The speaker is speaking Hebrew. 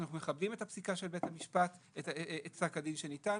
אנחנו מכבדים את פסק הדין שניתן.